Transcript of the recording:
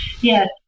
Yes